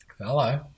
Hello